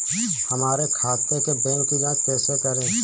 हमारे खाते के बैंक की जाँच कैसे करें?